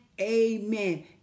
Amen